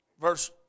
Verse